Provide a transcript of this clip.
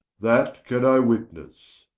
that can i witnesse,